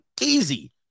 easy